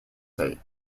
sake